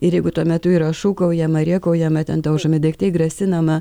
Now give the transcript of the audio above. ir jeigu tuo metu yra šūkaujama rėkaujama ten daužomi daiktai grasinama